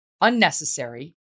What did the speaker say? unnecessary